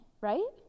right